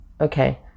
okay